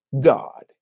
God